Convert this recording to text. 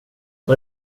vad